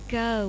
go